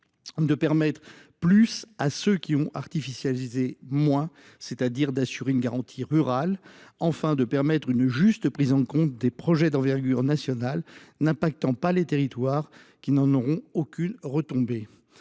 de permettre plus à ceux qui ont artificialisé moins, c'est-à-dire d'assurer une garantie rurale. Il convient enfin d'intégrer une juste prise en compte des projets d'envergure nationale n'impactant pas les territoires qui n'en auront aucune retombée.